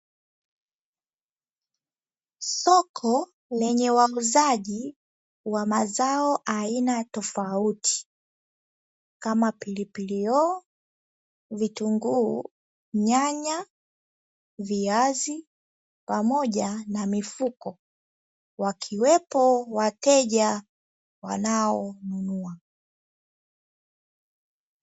Soko lenye wauzaji wa mazao aina tofauti kama, pilipili hoho, vitunguu, nyanya, viazi, pamoja na mifuko, wakiwepo wateja wanao nunua.